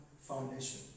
foundation